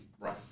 Right